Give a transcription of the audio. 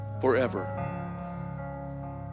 forever